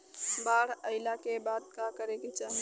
बाढ़ आइला के बाद का करे के चाही?